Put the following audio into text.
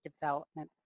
development